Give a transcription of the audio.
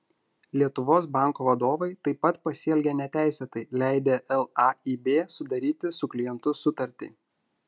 lietuvos banko vadovai taip pat pasielgė neteisėtai leidę laib sudaryti su klientu sutartį